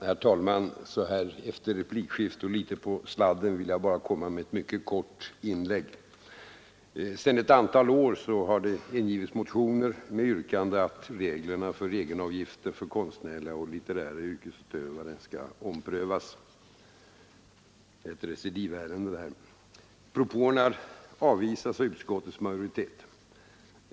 Herr talman! Så här på sladden efter ett replikskifte vill jag bara komma med ett mycket kort inlägg. Sedan ett antal år har det ingivits motioner med yrkande att reglerna för egenavgiften för konstnärliga och litterära yrkesutövare skall omprövas. Detta är ett recidivärende. Propåerna har avvisats av utskottets majoritet.